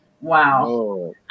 Wow